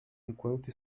enquanto